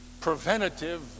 preventative